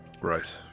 Right